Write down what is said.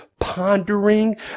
pondering